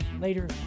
later